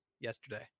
yesterday